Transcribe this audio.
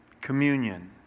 Communion